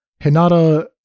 Hinata